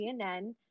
CNN